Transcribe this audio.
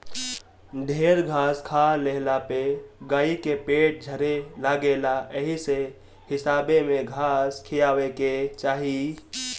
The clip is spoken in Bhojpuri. ढेर घास खा लेहला पे गाई के पेट झरे लागेला एही से हिसाबे में घास खियावे के चाही